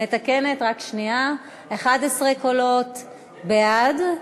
11 קולות בעד,